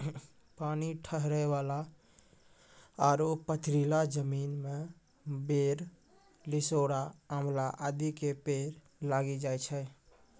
पानी ठहरै वाला आरो पथरीला जमीन मॅ बेर, लिसोड़ा, आंवला आदि के पेड़ लागी जाय छै